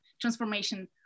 transformation